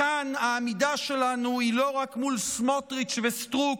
כאן העמידה שלנו היא לא רק מול סמוטריץ' וסטרוק,